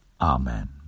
Amen